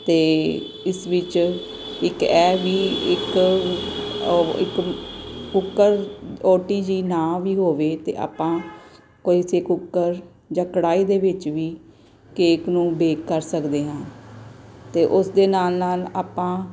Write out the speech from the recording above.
ਅਤੇ ਇਸ ਵਿੱਚ ਇੱਕ ਇਹ ਵੀ ਇੱਕ ਕੁੱਕਰ ਓ ਟੀ ਜੀ ਨਾ ਵੀ ਹੋਵੇ ਤਾਂ ਆਪਾਂ ਕਿਸੇ ਕੁੱਕਰ ਜਾਂ ਕੜਾਹੀ ਦੇ ਵਿੱਚ ਵੀ ਕੇਕ ਨੂੰ ਬੇਕ ਕਰ ਸਕਦੇ ਹਾਂ ਅਤੇ ਉਸ ਦੇ ਨਾਲ ਨਾਲ ਆਪਾਂ